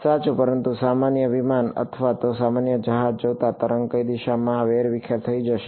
સાચું પરંતુ સામાન્ય વિમાન અથવા સામાન્ય જહાજ જોતાં તરંગ કઈ દિશામાં વેરવિખેર થઈ જશે